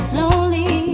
Slowly